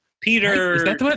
peter